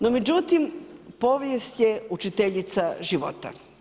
No međutim povijest je učiteljica života.